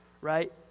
Right